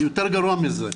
יותר גרוע מזה,